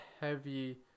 heavy